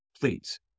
please